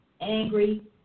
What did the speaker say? Angry